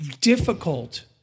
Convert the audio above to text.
difficult